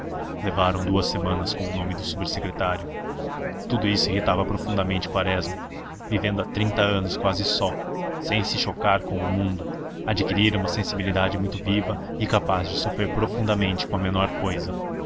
levaram duas semanas com o nome do subsecretário tudo isso irritava profundamente quaresma vivendo há trinta anos quase só sem se chocar com o mundo adquirira uma sensibilidade muito viva e capaz de sofrer profundamente com a menor cousa